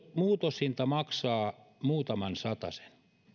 muutos maksaa muutaman satasen